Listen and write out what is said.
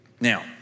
Now